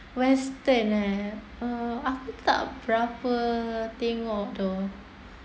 western eh uh aku tak berapa tengok